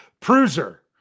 Cruiser